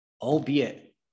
Albeit